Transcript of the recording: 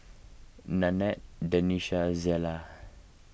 Nanette Denisha Zella